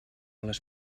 les